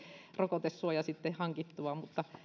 rokotesuoja sitten hankittua